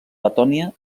letònia